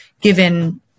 given